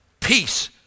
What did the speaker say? Peace